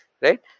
right